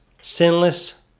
sinless